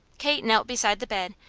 kate knelt beside the bed,